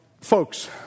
folks